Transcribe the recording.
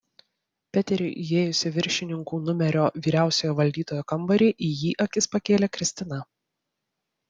peteriui įėjus į viršininkų numerio vyriausiojo valdytojo kambarį į jį akis pakėlė kristina